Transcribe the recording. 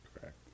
Correct